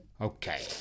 Okay